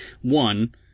One